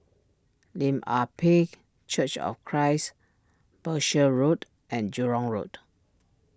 Lim Ah Pin Church of Christ Berkshire Road and Jurong Road